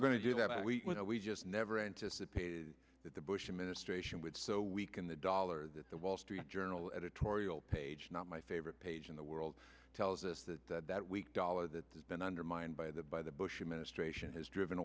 are going to do that and we know we just never anticipated that the bush administration would so weaken the dollar that the wall street journal editorial page not my favorite page in the world tells us that that weak dollar that has been undermined by the by the bush administration has driven